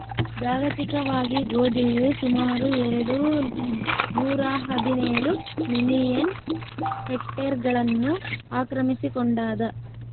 ಜಾಗತಿಕವಾಗಿ ಗೋಧಿಯು ಸುಮಾರು ಎರೆಡು ನೂರಾಹದಿನೇಳು ಮಿಲಿಯನ್ ಹೆಕ್ಟೇರ್ಗಳನ್ನು ಆಕ್ರಮಿಸಿಕೊಂಡಾದ